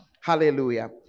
Hallelujah